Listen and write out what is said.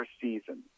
season